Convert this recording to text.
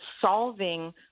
solving